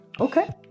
Okay